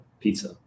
pizza